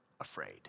afraid